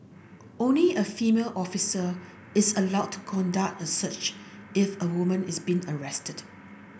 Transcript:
only a female officer is allowed to conduct a search if a woman is being arrested